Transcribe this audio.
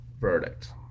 verdict